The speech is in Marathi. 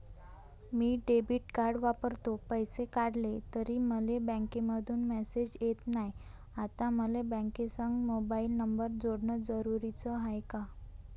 मी डेबिट कार्ड वापरतो, पैसे काढले तरी मले बँकेमंधून मेसेज येत नाय, आता मले बँकेसंग मोबाईल नंबर जोडन जरुरीच हाय का?